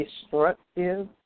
destructive